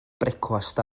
brecwast